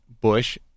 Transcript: Bush